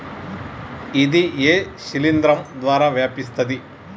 ఇది ఏ శిలింద్రం ద్వారా వ్యాపిస్తది?